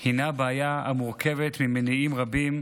הוא בעיה שמורכבת ממניעים רבים.